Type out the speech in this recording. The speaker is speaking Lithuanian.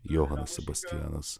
johanas sebastianas